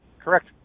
Correct